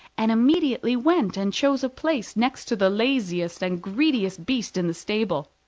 and immediately went and chose a place next to the laziest and greediest beast in the stable.